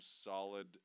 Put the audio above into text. solid